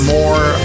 More